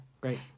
great